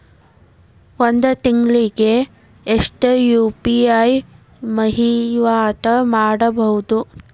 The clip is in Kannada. ಒಂದ್ ತಿಂಗಳಿಗೆ ಎಷ್ಟ ಯು.ಪಿ.ಐ ವಹಿವಾಟ ಮಾಡಬೋದು?